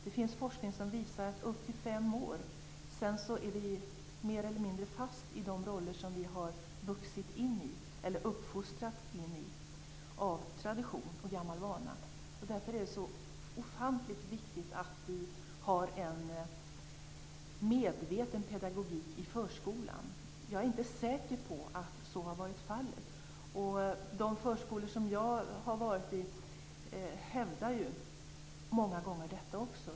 Det finns forskning som visar att efter fem års ålder är vi mer eller mindre fast i de roller som vi har vuxit in i eller uppfostrats in i av tradition och gammal vana. Därför är det så ofantligt viktigt att vi har en medveten pedagogik i förskolan. Jag är inte säker på att så har varit fallet. De förskolor som jag har varit på hävdar ju många gånger också detta.